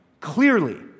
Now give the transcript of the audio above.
clearly